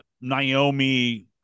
Naomi